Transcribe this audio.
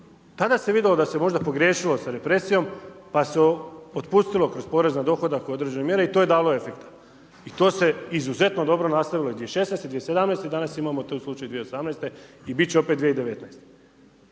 tada se vidjelo da se možda pogriješilo sa represijom, pa se otpustilo kroz porez na dohodak u određenoj mjeri i to je dalo efekta. I to se izuzetno dobro nastavilo 2016., 2017. i danas imamo tu slučaj 2018. i biti će opet 2019.